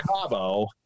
Cabo